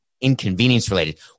inconvenience-related